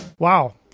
Wow